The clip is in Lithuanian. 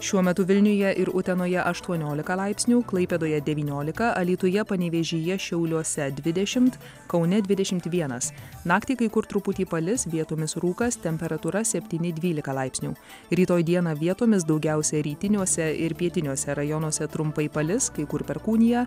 šiuo metu vilniuje ir utenoje aštuoniolika laipsnių klaipėdoje devyniolika alytuje panevėžyje šiauliuose dvidešimt kaune dvidešimt vienas naktį kai kur truputį palis vietomis rūkas temperatūra septyni dvylika laipsnių rytoj dieną vietomis daugiausia rytiniuose ir pietiniuose rajonuose trumpai palis kai kur perkūnija